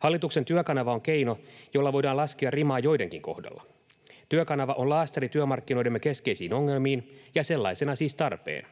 Hallituksen Työkanava on keino, jolla voidaan laskea rimaa joidenkin kohdalla. Työkanava on laastari työmarkkinoidemme keskeisiin ongelmiin ja sellaisena siis tarpeen.